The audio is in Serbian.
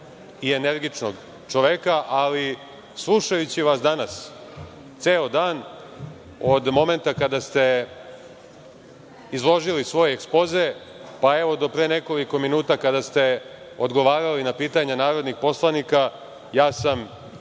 i energičnog čoveka. Ali, slušajući vas danas ceo dan, od momenta kada ste izložili svoj ekspoze, pa evo do pre nekoliko minuta kada ste odgovarali na pitanja narodnih poslanika, ja sam